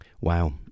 Wow